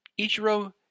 Ichiro